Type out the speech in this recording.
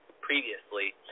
previously